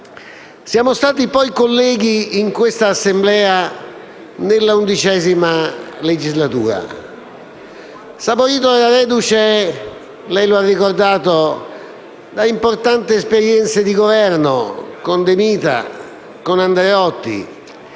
Siamo stati poi colleghi in questa Assemblea nell'XI legislatura. Saporito era reduce - come lei ha ricordato - da importanti esperienze di Governo con De Mita e Andreotti.